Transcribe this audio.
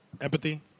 Empathy